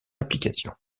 application